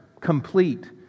complete